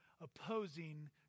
opposing